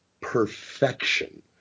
perfection